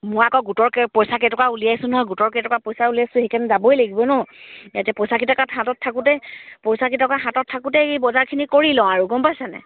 মই আকৌ গোটৰ পইচাকেইটকা উলিয়াইছো নহয় গোটৰ কেইটকা পইচা উলিয়াইছোঁ সেইকাৰণে যাবই লাগিব নহ্ এতিয়া পইচাকেইটকা হাতত থাকোঁতে পইচাকেইটকা হাতত থাকোঁতেই এই বজাৰখিনি কৰি লওঁ আৰু গম পাইছেনে